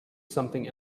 something